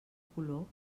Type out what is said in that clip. color